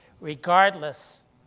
Regardless